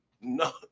No